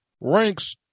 ranks